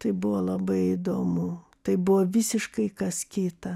tai buvo labai įdomu tai buvo visiškai kas kita